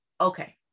okay